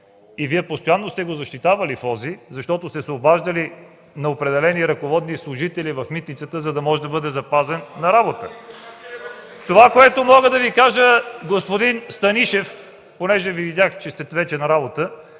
и постоянно сте защитавали – Фози, защото сте се обаждали на определени ръководни служители в митницата, за да може да бъде запазен на работа. Господин Станишев, понеже Ви видях, че сте вече на работа,